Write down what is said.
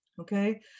Okay